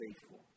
faithful